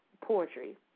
poetry